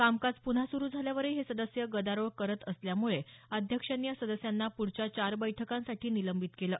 कामकाज पुन्हा सुरू झाल्यावरही हे सदस्य गदारोळ करत असल्याम्ळे अध्यक्षांनी या सदस्यांना प्ढच्या चार बैठकांसाठी निलंबित केलं